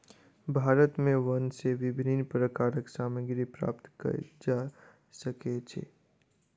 भारत में वन सॅ विभिन्न प्रकारक सामग्री प्राप्त कयल जा सकै छै